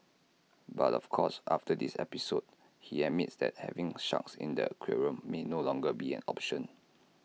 but of course after this episode he admits that having sharks in the aquarium may no longer be an option